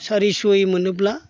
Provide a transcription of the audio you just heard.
सारिस'यै मोनोब्ला